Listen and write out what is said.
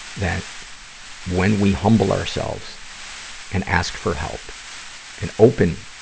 that when we humble ourselves and ask for help and open